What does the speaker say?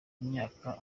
imyaka